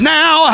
now